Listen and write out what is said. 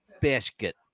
basket